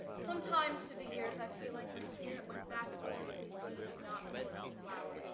sometimes, through the years, i feel like my spirit went back toward the seed and not toward the flower.